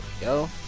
go